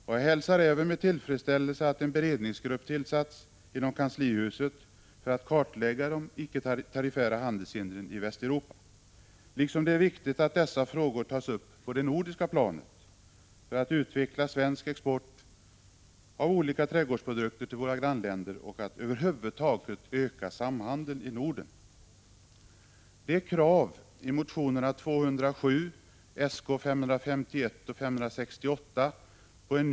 Jag hälsar även med tillfredsställelse att en beredningsgrupp tillsatts inom kanslihuset för att kartlägga de icke tariffära handelshindren i Västeuropa. Likaså är det viktigt att dessa frågor tas upp på det nordiska planet i syfte att utveckla svensk export av olika trädgårdsprodukter till våra grannländer och att över huvud taget öka samhandeln i Norden. Motionerna 1985/86:207, Sk551 och Sk568 med begäran om en ny översyn = Prot.